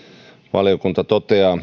valiokunta toteaa